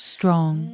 Strong